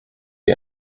die